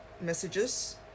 messages